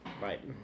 Right